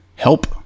Help